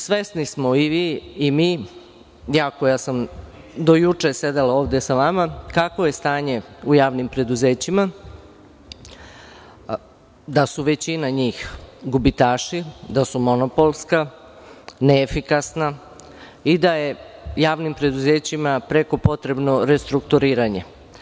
Svesni smo i vi i mi, ja koja sam do juče sedela ovde sa vama, kakvo je stanje u javnim preduzećima, da su većina njih gubitaši, da su monopolska, neefikasna i da je javnim preduzećima preko potrebno restrukturiranje.